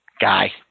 Guy